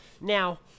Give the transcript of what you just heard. Now